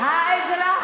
האזרחים.